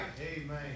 Amen